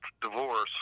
divorce